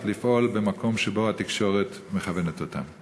לפעול במקום שבו התקשורת מכוונת אותם?